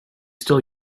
still